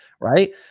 right